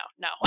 no